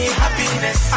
happiness